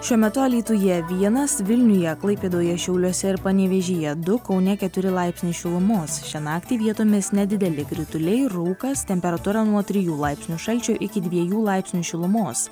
šiuo metu alytuje vienas vilniuje klaipėdoje šiauliuose ir panevėžyje du kaune keturi laipsniai šilumos šią naktį vietomis nedideli krituliai rūkas temperatūra nuo trijų laipsnių šalčio iki dviejų laipsnių šilumos